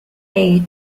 way